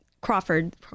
crawford